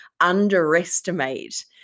underestimate